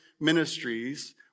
Ministries